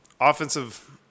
Offensive